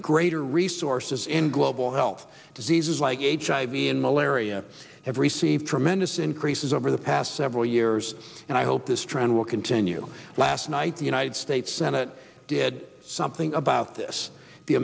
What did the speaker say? greater resources in global health diseases like aids hiv and malaria have received tremendous increases over the past several years and i hope this trend will continue last night the united states senate did something about this the